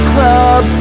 Club